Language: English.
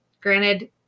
Granted